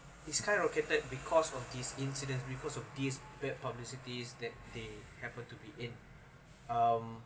he skyrocketed because of these incidents because of these bad publicity that they happened to be in um